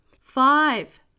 Five